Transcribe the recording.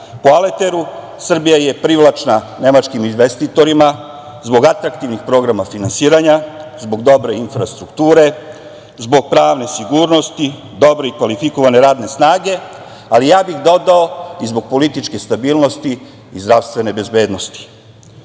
Po Aleteru, Srbija je privlačna nemačkim investitorima zbog atraktivnih programa finansiranja, zbog dobre infrastrukture, zbog pravne sigurnosti, dobre i kvalifikovane radne snage, ali ja bih dodao - i zbog političke stabilnosti i zdravstvene bezbednosti. Sve